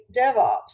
DevOps